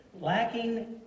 lacking